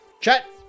Chat